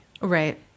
Right